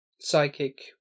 psychic